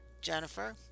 Jennifer